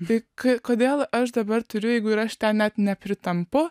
tai ko kodėl aš dabar turiu jeigu ir aš ten net nepritampu